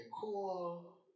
cool